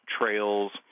trails